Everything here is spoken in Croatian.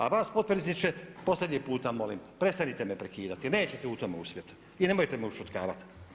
A vas potpredsjedniče posljednji puta molim prestanite me prekidati, nećete u tome uspjeti i nemojte me ušutkavati.